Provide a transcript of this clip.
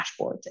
dashboards